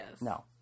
No